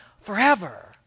forever